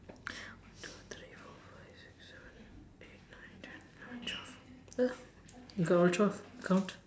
one two three four five six seven eight nine ten eleven twelve ya we got all twelve count